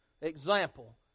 example